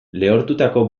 lehortutako